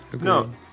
No